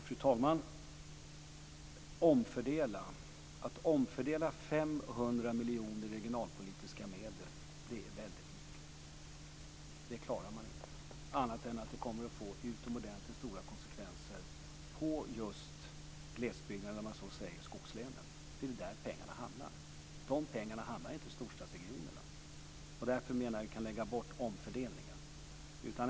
Fru talman! Att omfördela 500 miljoner i regionalpolitiska medel är väldigt mycket. Det klarar man inte med mindre än att det kommer att få utomordentligt stora konsekvenser för just glesbygden, eller om man så säger för skogslänen, för det är där pengarna hamnar. De pengarna hamnar inte i storstadsregionerna, och därför menar jag att vi kan lägga bort omfördelningen.